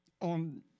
on